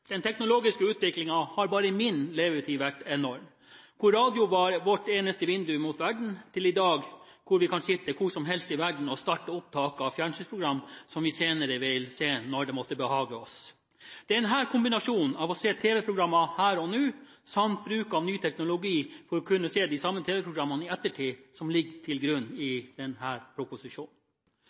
Den teknologiske utviklingen har bare i min levetid vært enorm – fra en tid da radio var vårt eneste vindu mot verden, til i dag, når vi kan sitte hvor som helst i verden og starte opptak av fjernsynsprogrammer som vi senere vil se når det måtte behage oss. Det er kombinasjonen av å se tv-programmer her og nå samt bruken av ny teknologi for å kunne se de samme tv-programmene i ettertid som ligger til grunn for denne proposisjonen,